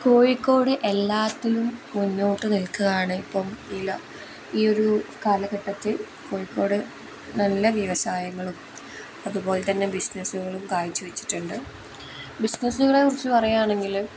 കോഴിക്കോട് എല്ലാത്തിലും മുന്നോട്ട് നിൽക്കുകയാണ് ഇപ്പം ഇല്ല ഈ ഒരു കാലഘട്ടത്തിൽ കോഴിക്കോട് നല്ല വ്യവസായങ്ങളും അതുപോലെത്തന്നെ ബിസിനസ്സുകളും കാഴ്ച വെച്ചിട്ടുണ്ട് ബിസിനസ്സുകളെ കുറിച്ച് പറയുകയാണെങ്കിൽ